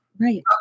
Right